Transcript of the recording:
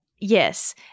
Yes